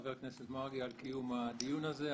חבר הכנסת מרגי על קיום הדיון הזה.